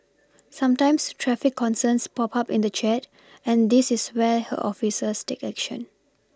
sometimes traffic concerns pop up in the chat and this is where her officers take action